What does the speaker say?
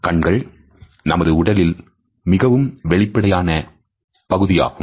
கண்கள் நமது உடலில் மிகவும் வெளிப்படையான பகுதியாகும்